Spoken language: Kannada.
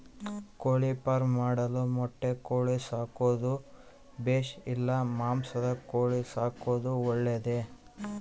ಕೋಳಿಫಾರ್ಮ್ ಮಾಡಲು ಮೊಟ್ಟೆ ಕೋಳಿ ಸಾಕೋದು ಬೇಷಾ ಇಲ್ಲ ಮಾಂಸದ ಕೋಳಿ ಸಾಕೋದು ಒಳ್ಳೆಯದೇ?